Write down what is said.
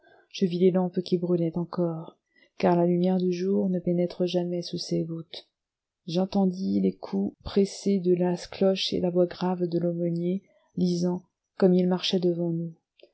je vis les lampes qui brûlaient encore car la lumière du jour ne pénètre jamais sous ces voûtes j'entendis les coups pressés de la cloche et la voix grave de l'aumônier lisant comme il marchait devant nous